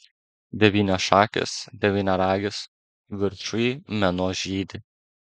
devyniašakis devyniaragis viršuj mėnuo žydi